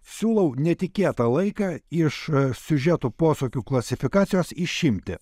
siūlau netikėtą laiką iš siužeto posūkių klasifikacijos išimti